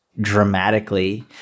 dramatically